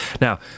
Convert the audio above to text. Now